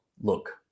look